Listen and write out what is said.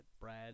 Brad